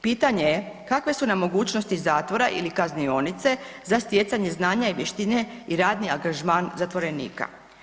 Pitanje je kakve su nam mogućnosti zatvora ili kaznionice za stjecanje znanja i vještine i radni angažman zatvorenika.